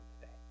today